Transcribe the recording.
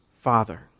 father